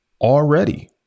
already